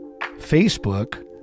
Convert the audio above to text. Facebook